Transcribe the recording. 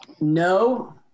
No